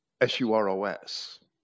s-u-r-o-s